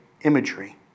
imagery